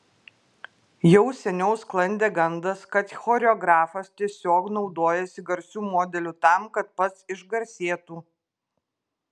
jau seniau sklandė gandas kad choreografas tiesiog naudojasi garsiu modeliu tam kad pats išgarsėtų